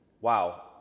wow